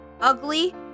ugly